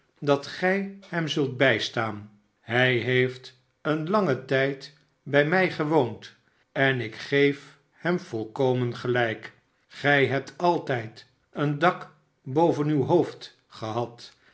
dat gij hem zult bijstaan hij heeft een langen tijd bij mij gewoond en ik geef hem volkomen gelijk gij hebt altijd een dak boven uw hoofd gehad